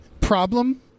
problem